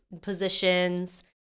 positions